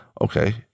okay